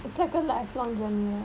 its like a lifelong journey